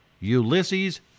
Ulysses